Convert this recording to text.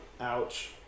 Ouch